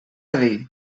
dir